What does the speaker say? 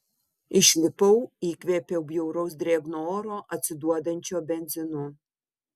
išlipau įkvėpiau bjauraus drėgno oro atsiduodančio benzinu